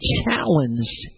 challenged